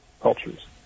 cultures